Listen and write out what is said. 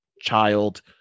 child